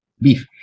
beef